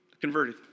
converted